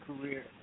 career